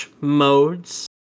modes